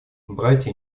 братья